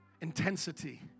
intensity